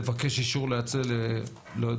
לבקש אישור לייצא לא יודע לאן.